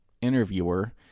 interviewer